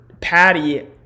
patty